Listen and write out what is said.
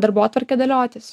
darbotvarkę dėliotis